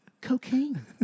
Cocaine